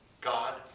God